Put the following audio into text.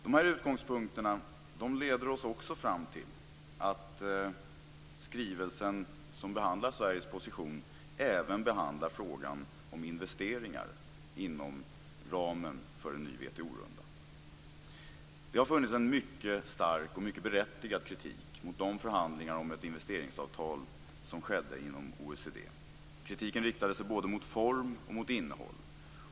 De här utgångspunkterna leder oss fram till att skrivelsen, som behandlar Sveriges position, även behandlar frågan om investeringar inom ramen för en ny WTO-runda. Det har funnits en mycket stark, och mycket berättigad, kritik mot de förhandlingar om ett investeringsavtal somskedde inom OECD. Kritiken riktade sig både mot form och innehåll.